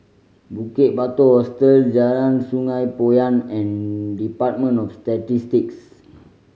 Bukit Batok Hostel Jalan Sungei Poyan and Department of Statistics